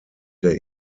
der